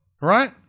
Right